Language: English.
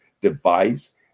device